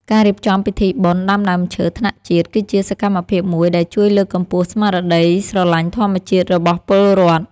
ការរៀបចំពិធីបុណ្យដាំដើមឈើថ្នាក់ជាតិគឺជាសកម្មភាពមួយដែលជួយលើកកម្ពស់ស្មារតីស្រឡាញ់ធម្មជាតិរបស់ពលរដ្ឋ។